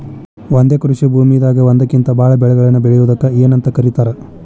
ಒಂದೇ ಕೃಷಿ ಭೂಮಿದಾಗ ಒಂದಕ್ಕಿಂತ ಭಾಳ ಬೆಳೆಗಳನ್ನ ಬೆಳೆಯುವುದಕ್ಕ ಏನಂತ ಕರಿತಾರೇ?